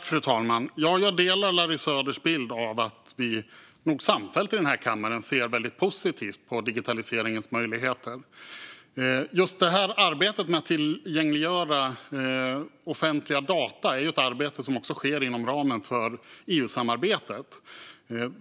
Fru talman! Jag delar Larry Söders bild att vi nog samfällt i den här kammaren ser väldigt positivt på digitaliseringens möjligheter. Just arbetet med att tillgängliggöra offentliga data är ett arbete som också sker inom ramen för EU-samarbetet.